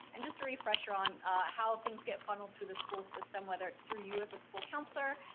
and just a refresher on how things get funneled through the school system, whether it's through you as a school counselor,